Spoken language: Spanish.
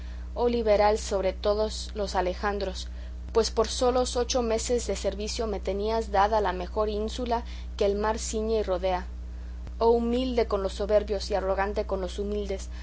oh liberal sobre todos los alejandros pues por solos ocho meses de servicio me tenías dada la mejor ínsula que el mar ciñe y rodea oh humilde con los soberbios y arrogante con los humildes